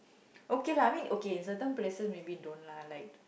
okay lah I mean okay in certain places maybe don't lah like